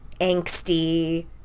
angsty